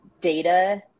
data